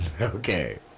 Okay